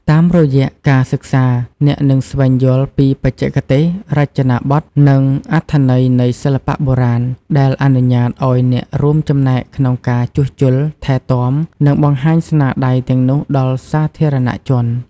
តាមរយៈការសិក្សា អ្នកនឹងស្វែងយល់ពីបច្ចេកទេស រចនាប័ទ្ម និងអត្ថន័យនៃសិល្បៈបុរាណ ដែលអនុញ្ញាតឱ្យអ្នករួមចំណែកក្នុងការជួសជុល ថែទាំ និងបង្ហាញស្នាដៃទាំងនោះដល់សាធារណជន។